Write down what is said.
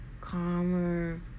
calmer